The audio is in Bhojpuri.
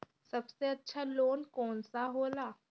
सबसे अच्छा लोन कौन सा होला?